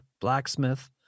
blacksmith